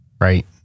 Right